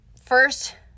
first